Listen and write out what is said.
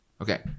okay